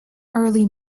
early